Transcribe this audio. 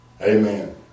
Amen